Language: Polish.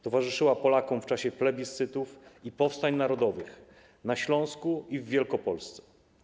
Towarzyszyła Polakom w czasie plebiscytów i powstań narodowych na Śląsku i w Wielkopolsce.